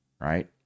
right